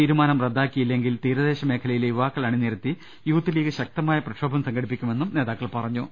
തീരുമാനം റദ്ദാക്കിയില്ലെങ്കിൽ തീരദേശ മേഖലയിലെ യുവാക്കളെ അണിനിരത്തി യൂത്ത് ലീഗ് ശക്ത മായ പ്രക്ഷോഭം സംഘടിപ്പിക്കുമെന്നും നേതാക്കൾ പറഞ്ഞു